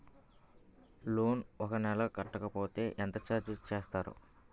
Loan ఒక నెల కట్టకపోతే ఎంత ఛార్జ్ చేస్తారు?